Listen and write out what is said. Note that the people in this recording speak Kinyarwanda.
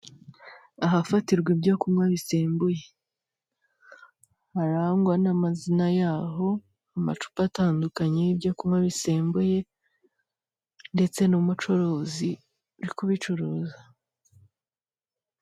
Ahafatirwa ibyo kunywa bisembuye harangwa n'amazina yaho amacupa atandukanye ibyo kunywa bisembuye ndetse n'umucuruzi uri kubicuruza.